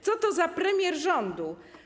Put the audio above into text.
Co to za premier rządu?